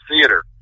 theater